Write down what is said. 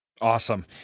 Awesome